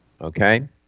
okay